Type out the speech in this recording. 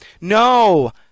No